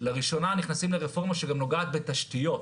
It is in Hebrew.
לראשונה נכנסים לרפורמה שגם נוגעת בתשתיות.